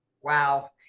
Wow